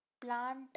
plant